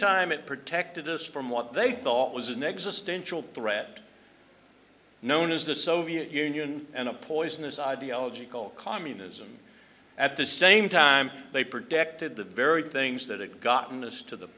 time it protected us from what they thought was an existential threat known as the soviet union and a poisonous ideology called communism at the same time they protected the very things that had gotten this to the